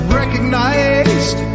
recognized